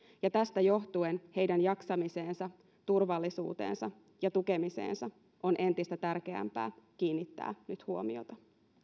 ja tästä johtuen heidän jaksamiseensa turvallisuuteensa ja tukemiseensa on entistä tärkeämpää kiinnittää nyt huomiota